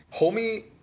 homie